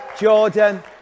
Jordan